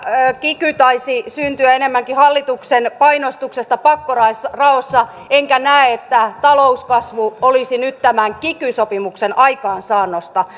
kiky taisi syntyä enemmänkin hallituksen painostuksesta pakkoraossa enkä näe että talouskasvu olisi nyt tämän kiky sopimuksen aikaansaannosta